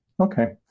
Okay